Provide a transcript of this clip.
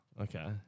Okay